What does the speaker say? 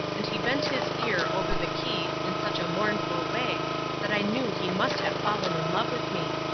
and he bent his ear over the keys in such a mournful way that i knew he must have fallen in love with me.